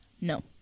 No